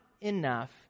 enough